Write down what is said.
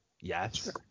Yes